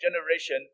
generation